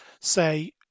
say